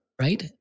right